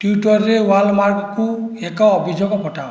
ଟ୍ୱିଟରରେ ୱାଲମାର୍ଟକୁ ଏକ ଅଭିଯୋଗ ପଠାଅ